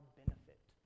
benefit